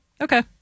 Okay